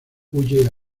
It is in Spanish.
huye